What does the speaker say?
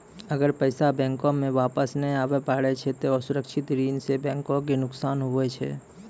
अगर पैसा बैंको मे वापस नै आबे पारै छै ते असुरक्षित ऋण सं बैंको के नुकसान हुवै छै